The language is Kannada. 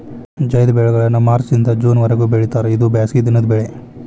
ಝೈದ್ ಬೆಳೆಗಳನ್ನಾ ಮಾರ್ಚ್ ದಿಂದ ಜೂನ್ ವರಿಗೂ ಬೆಳಿತಾರ ಇದು ಬ್ಯಾಸಗಿ ದಿನದ ಬೆಳೆ